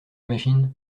machine